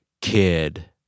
kid